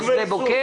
מדרשת שדה בוקר.